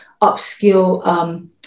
upskill